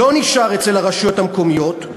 לא נשאר אצל הרשויות המקומיות,